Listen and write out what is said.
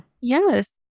Yes